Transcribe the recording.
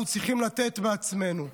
אנחנו צריכים לתת מעצמנו,